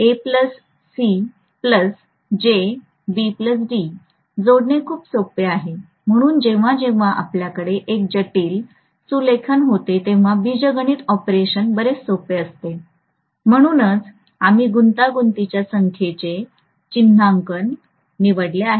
जोडणे खूप सोपे आहे म्हणून जेव्हा जेव्हा आपल्याकडे एक जटिल सुलेखन होते तेव्हा बीजगणित ऑपरेशन बरेच सोपे होते म्हणूनच आम्ही गुंतागुंतीच्या संख्येचे चिन्हांकन निवडले आहे